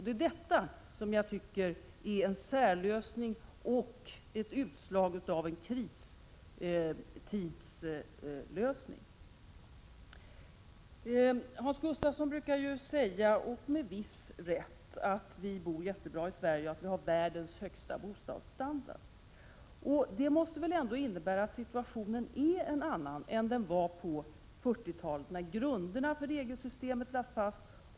Det är detta som jag tycker är en särlösning och ett slags kristidslösning. Hans Gustafsson brukar säga — och med viss rätt — att vi bor bra i Sverige och att vi har världens högsta bostadsstandard. Det måste väl ändå innebära att situationen är en annan än den var på 40-talet, när grunderna för regelsystemet lades fast.